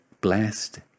blessed